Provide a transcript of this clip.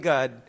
God